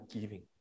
giving